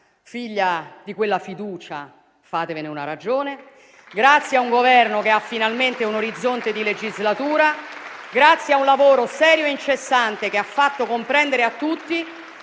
figlia di quella fiducia: fatevene una ragione. Lo abbiamo fatto grazie a un Governo che ha finalmente un orizzonte di legislatura; grazie a un lavoro serio e incessante, che ha fatto comprendere a tutti